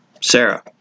Sarah